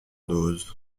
dose